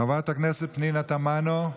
חברת הכנסת פנינה תמנו,